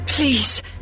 Please